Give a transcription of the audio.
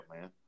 man